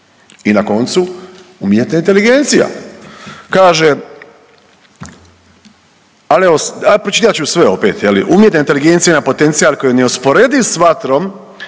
I na koncu, umjetna inteligencija. Kaže, ali evo, a pročitat ću sve opet, je li, umjetna inteligencija je potencijal koji je neusporediv s vatrom,